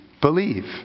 believe